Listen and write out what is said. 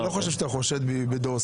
אני לא חושב שאתה חושד בי בדורסנות.